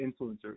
influencers